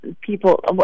people